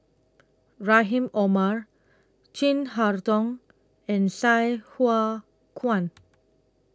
Rahim Omar Chin Harn Tong and Sai Hua Kuan